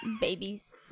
Babies